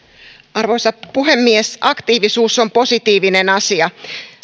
arvoisa puhemies aktiivisuus on positiivinen asia